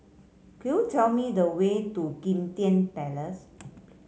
could you tell me the way to Kim Tian Place